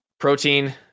Protein